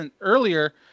earlier—